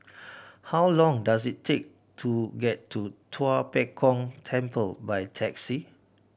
how long does it take to get to Tua Pek Kong Temple by taxi